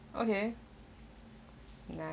okay nice